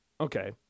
Okay